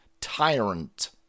tyrant